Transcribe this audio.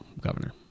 governor